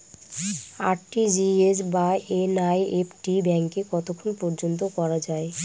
RTGS বা NEFT ব্যাংকে কতক্ষণ পর্যন্ত করা যায়?